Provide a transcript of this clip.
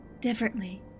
differently